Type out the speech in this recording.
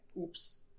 Oops